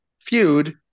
feud